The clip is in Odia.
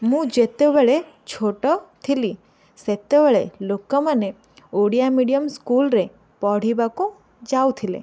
ମୁଁ ଯେତେବେଳେ ଛୋଟ ଥିଲି ସେତେବେଳେ ଲୋକମାନେ ଓଡ଼ିଆ ମିଡିୟମ୍ ସ୍କୁଲ୍ରେ ପଢ଼ିବାକୁ ଯାଉଥିଲେ